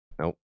Nope